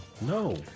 No